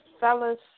fellas